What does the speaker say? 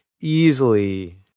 easily